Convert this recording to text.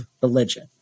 religion